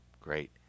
Great